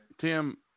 Tim